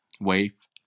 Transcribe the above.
wave